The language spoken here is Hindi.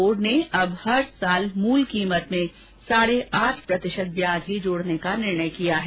बोर्ड ने अब हर साल मुल कीमत में साढे आठ प्रतिशत ब्याज ही जोडने का निर्णय किया है